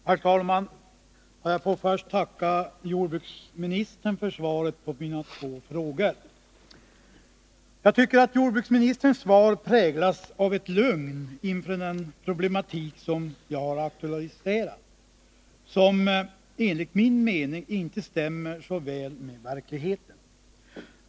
Herr talman! Jag får först tacka jordbruksministern för svaret på mina två frågor. Jag tycker att jordbruksministerns svar präglas av ett lugn inför den problematik som jag aktualiserat, ett lugn som enligt min mening inte stämmer så väl med verkligheten.